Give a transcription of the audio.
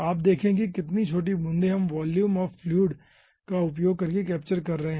आप देखें कि कितनी छोटी बूंदें हम वॉल्यूम ऑफ़ फ्लूइड का उपयोग करके कैप्चर कर रहे हैं